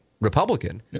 Republican